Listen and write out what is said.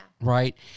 Right